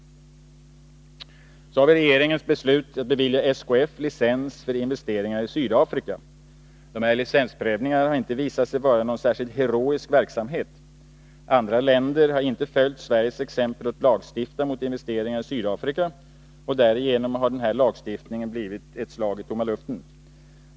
Så har vi regeringens beslut i dagarna att bevilja SKF licens för vissa investeringar i Sydafrika. Dessa licensprövningar — har det visat sig — utgör ingen heroisk verksamhet. Andra länder har inte följt Sveriges exempel att lagstifta mot investeringar i Sydafrika. Därigenom har denna svenska lagstiftning blivit ett slag i tomma luften.